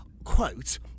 Quote